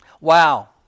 Wow